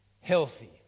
healthy